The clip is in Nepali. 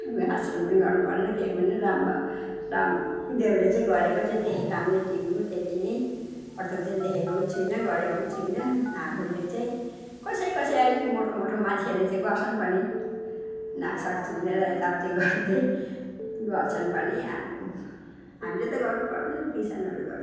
गाना सुन्नु नि गर्नु परेन केही पनि रामबा राम देवले चाहिँ गरेको चाहिँ देखेको हामीले टिभीमा त्यति नै अरूथोक चाहिँ देखेको पनि छुइनँ गरेको पनि छुइनँ आफूले चाहिँ कसै कसैले अलिक मोटो मोटो मान्छेहरूले चाहिँ गर्छन् पनि नाकसाक थुनेर यताउति गर्दै गर्छन् पनि हामीले त गर्नु पर्दैन किसानहरू गएर